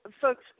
folks